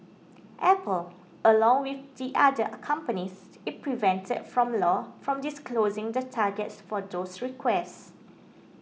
apple along with the other companies is prevented by law from disclosing the targets for those requests